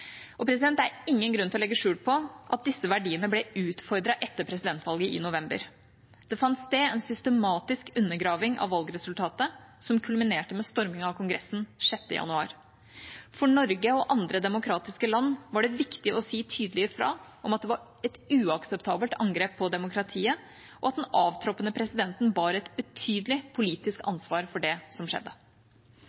Det er ingen grunn til å legge skjul på at disse verdiene ble utfordret etter presidentvalget i november. Det fant sted en systematisk undergraving av valgresultatet som kulminerte med stormingen av Kongressen 6. januar. For Norge og andre demokratiske land var det viktig å si tydelig fra om at det var et uakseptabelt angrep på demokratiet, og at den avtroppende presidenten bar et betydelig politisk